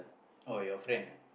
oh your friend ah